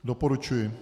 Doporučuji.